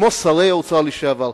כמו שרי אוצר לשעבר,